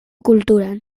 kulturan